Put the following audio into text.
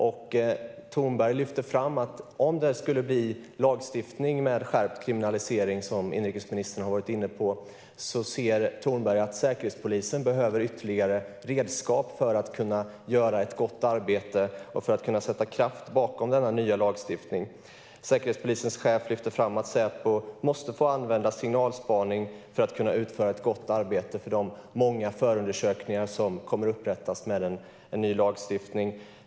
Thornberg lyfte fram att om det skulle bli lagstiftning med skärpt kriminalisering, som inrikesministern har varit inne på, ser han att Säkerhetspolisen behöver ytterligare redskap för att kunna göra ett gott arbete och sätta kraft bakom denna nya lagstiftning. Säkerhetspolisens chef lyfte också fram att Säpo måste få använda signalspaning för att kunna utföra ett gott arbete för de många förundersökningar som kommer att upprättas i och med en ny lagstiftning.